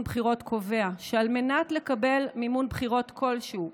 בחירות) קובע שעל מנת לקבל מימון בחירות כלשהו,